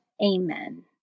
Amen